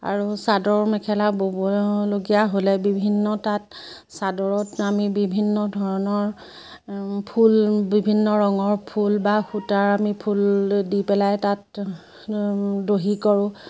আৰু চাদৰ মেখেলা ব'বলগীয়া হ'লে বিভিন্ন তাত চাদৰত আমি বিভিন্ন ধৰণৰ ফুল বিভিন্ন ৰঙৰ ফুল বা সূতাৰ আমি ফুল দি পেলাই তাত দহি কৰোঁ